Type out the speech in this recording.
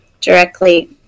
directly